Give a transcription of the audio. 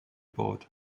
board